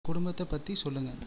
குடும்பத்தை பற்றி சொல்லுங்கள்